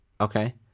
Okay